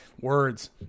words